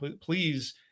Please